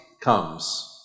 comes